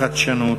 החדשנות,